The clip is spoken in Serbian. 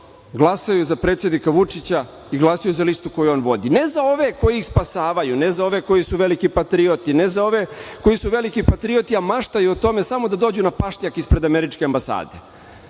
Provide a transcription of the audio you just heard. glasaju za predsednika Vučića i glasaju za listu koju on vodi, ne za ove koji ih spasavaju, ne za ove koji su veliki patrioti, ne za ove koji su veliki patrioti, a maštaju o tome samo da dođu na pašnjak ispred Američke ambasade.